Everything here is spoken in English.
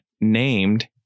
named